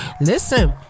listen